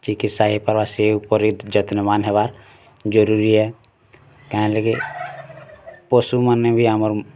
ଚିକିତ୍ସା ହେଇପାର୍ବା ସେ ଉପରେ ଯତ୍ନବାନ୍ ହେବା ଜରୁରୀ ହେ କାଏଁ ଲାଗି ପଶୁମାନେ ବି ଆମର୍